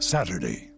Saturday